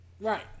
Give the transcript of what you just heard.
Right